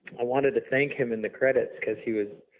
i wanted to thank him in the credits because he was,